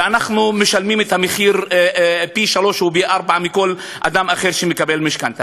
ואנחנו משלמים פי-שלושה או פי-ארבעה מכל אדם אחר שמקבל משכנתה.